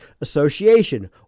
association